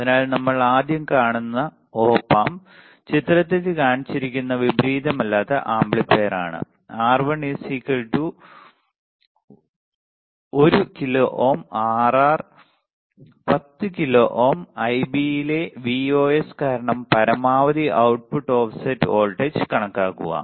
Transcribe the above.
അതിനാൽ നമ്മൾ ആദ്യം കാണുന്ന ഒപ് ആമ്പ് ചിത്രത്തിൽ കാണിച്ചിരിക്കുന്ന വിപരീതമല്ലാത്ത ആംപ്ലിഫയറിനാണ് R1 1 kilo ohm Rf 10 kilo ohm Ib യിലെ Vos കാരണം പരമാവധി output ഓഫ്സെറ്റ് വോൾട്ടേജ് കണക്കാക്കുക